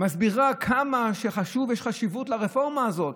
מסבירה כמה חשיבות יש ברפורמה הזו.